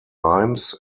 reims